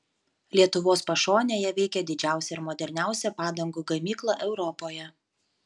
lietuvos pašonėje veikia didžiausia ir moderniausia padangų gamykla europoje